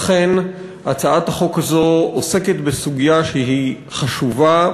אכן הצעת החוק הזאת עוסקת בסוגיה שהיא חשובה,